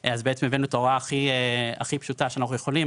אז בעצם הבאנו את ההוראה הכי פשוטה שאנחנו יכולים,